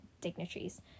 dignitaries